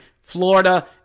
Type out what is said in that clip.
Florida